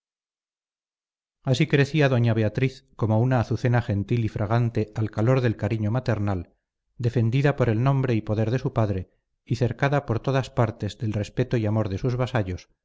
así crecía doña beatriz como una azucena gentil y fragante al calor del cariño maternal defendida por el nombre y poder de su padre y cercada por todas partes del respeto y amor de sus vasallos